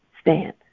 Stand